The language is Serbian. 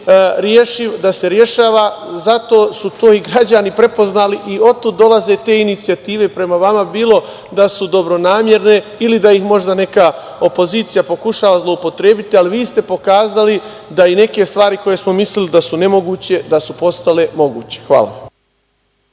da se rešava. Zato su to i građani prepoznali i otud dolaze te inicijative prema vama, bilo da su dobronamerne ili da ih možda neka opozicija pokušava zloupotrebiti, ali vi ste pokazali da i neke stvari koje smo mislili da su nemoguće, da su postale moguće. Hvala.